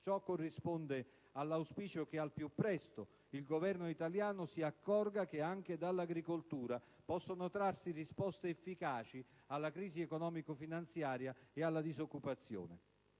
Ciò corrisponde all'auspicio che al più presto il Governo italiano si accorga che anche dall'agricoltura possono trarsi risposte efficaci alla crisi economico-finanziaria e alla disoccupazione.